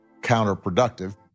counterproductive